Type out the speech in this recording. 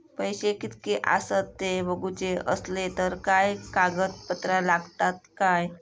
पैशे कीतके आसत ते बघुचे असले तर काय कागद पत्रा लागतात काय?